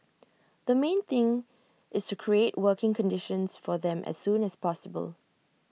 the main thing is to create working conditions for them as soon as possible